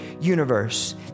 universe